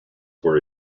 were